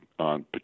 on